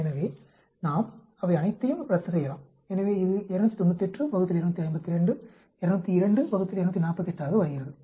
எனவே நாம் அவை அனைத்தையும் ரத்து செய்யலாம் எனவே இது 298 ÷ 252 202 ÷ 248 ஆக வருகிறது